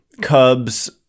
cubs